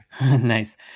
Nice